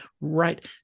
right